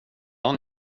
han